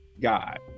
God